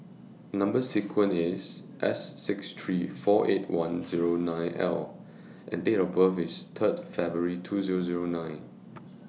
Number sequence IS S six three four eight one nine L and Date of birth IS Third February two Zero Zero nine